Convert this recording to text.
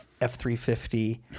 F-350